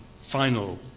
final